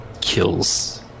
kills